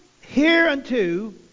hereunto